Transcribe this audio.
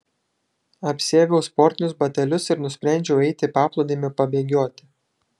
apsiaviau sportinius batelius ir nusprendžiau eiti į paplūdimį pabėgioti